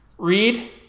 Read